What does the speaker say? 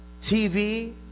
TV